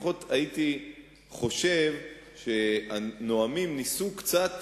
הייתי חושב שהנואמים ניסו קצת